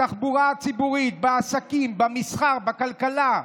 בתחבורה הציבורית, בעסקים, במסחר, בכלכלה,